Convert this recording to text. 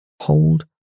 hold